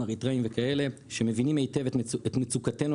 אריתראים וכאלה ושמבינים היטב את מצוקתנו,